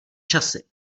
časy